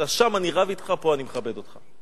שם אני רב אתך, פה אני מכבד אותך.